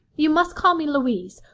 you must call me louise,